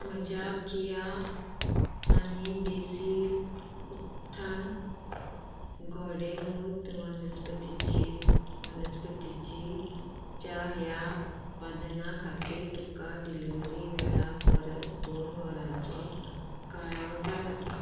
म्हज्या किया आनी देसी उत्थान घोडेमूत वनस्पतीची वनस्पतीची च्या ह्या उत्पादना खातीर तुका डिलिव्हरी वेळा परस दोन वरांचो कळाव जाला